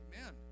Amen